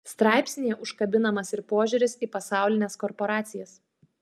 straipsnyje užkabinamas ir požiūris į pasaulines korporacijas